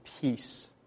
peace